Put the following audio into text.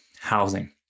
Housing